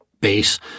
base –